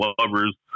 Lovers